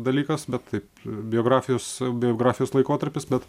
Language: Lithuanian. dalykas bet taip biografijos biografijos laikotarpis bet